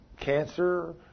cancer